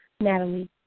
Natalie